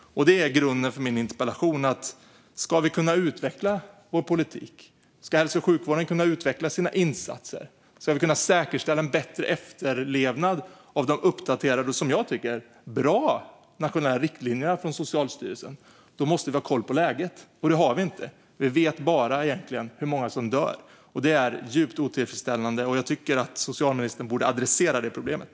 Detta är grunden till min interpellation. Vi måste ha koll på läget om vi ska kunna utveckla politiken, om hälso och sjukvården ska kunna utveckla sina insatser och om vi ska kunna säkerställa en bättre efterlevnad av de uppdaterade och, som jag tycker, bra nationella riktlinjerna från Socialstyrelsen. Det har vi dock inte. Vi vet egentligen bara hur många som dör. Detta är djupt otillfredsställande. Jag tycker att socialministern borde ta itu med problemet.